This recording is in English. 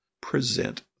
present